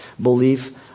belief